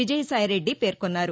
విజయసాయిరెడ్డి పేర్కొన్నారు